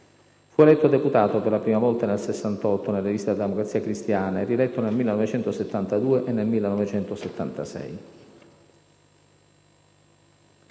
Fu eletto deputato, per la prima volta, nel 1968, nelle liste della Democrazia Cristiana, e rieletto nel 1972 e nel 1976.